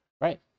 Right